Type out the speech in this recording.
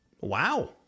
Wow